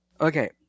Okay